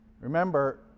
Remember